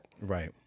Right